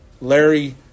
Larry